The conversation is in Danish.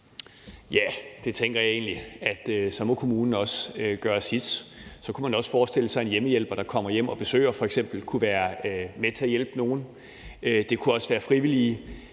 Ja, det tænker jeg egentlig, altså at så må kommunen også gøre sit. Og så kunne man også forestille sig en hjemmehjælper, der kommer hjem på besøg, f.eks. kunne være med til at hjælpe nogen. Det kunne også være frivillige,